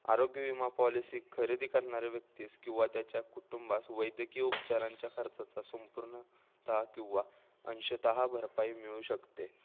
आरोग्यविमा पॉलिसी खरेदी करणारे व्यक्तीस किंवा त्याच्या कुटुंबास वैद्यकीय उपचारांच्या खर्चाचा संपूर्णतः किंवा अंशतः भरपाई मिळू शकते